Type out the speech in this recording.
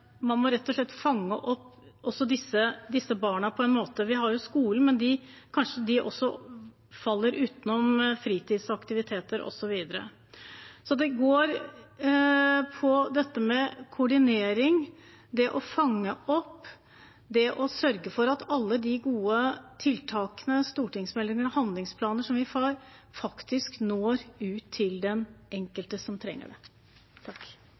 man rett og slett må fange opp også disse barna på en måte. Vi har jo skolen, men kanskje de også faller utenfor fritidsaktiviteter osv. Det går på koordinering, det å fange opp, det å sørge for at alle de gode tiltakene, stortingsmeldingene og handlingsplanene vi har, faktisk når ut til den enkelte som trenger det.